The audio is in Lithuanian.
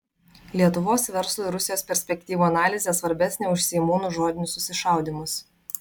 lietuvos verslui rusijos perspektyvų analizė svarbesnė už seimūnų žodinius susišaudymus